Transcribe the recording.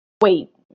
Wait